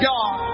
God